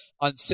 on